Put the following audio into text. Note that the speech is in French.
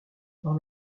dans